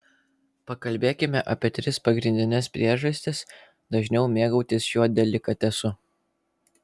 pakalbėkime apie tris pagrindines priežastis dažniau mėgautis šiuo delikatesu